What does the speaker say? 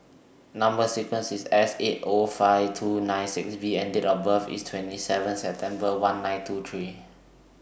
Number sequence IS S eight O five four two nine six B and Date of birth IS twenty seven September one nine two three